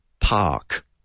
park